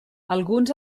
alguns